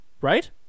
Right